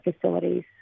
facilities